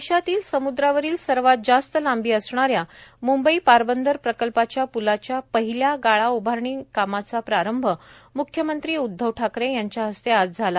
देशातील समुद्रावरील सर्वात जास्त लांबी असणाऱ्या मुंबई पारबंदर प्रकल्पाच्या प्लाच्या पहिल्या गाळा उभारणी कामाचा प्रारंभ म्ख्यमंत्री उद्धव ठाकरे यांच्या हस्ते आज झाला